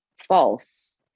false